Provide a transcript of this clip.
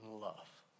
love